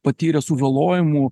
patyrė sužalojimų